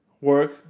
Work